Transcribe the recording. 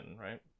right